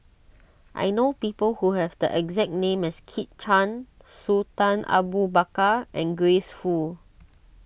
I know people who have the exact name as Kit Chan Sultan Abu Bakar and Grace Fu